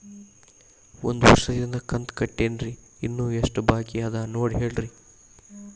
ಒಂದು ವರ್ಷದಿಂದ ಕಂತ ಕಟ್ಟೇನ್ರಿ ಇನ್ನು ಎಷ್ಟ ಬಾಕಿ ಅದ ನೋಡಿ ಹೇಳ್ರಿ